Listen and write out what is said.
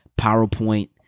PowerPoint